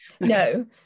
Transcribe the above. No